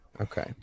Okay